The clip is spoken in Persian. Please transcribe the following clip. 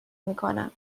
میکنم